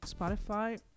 Spotify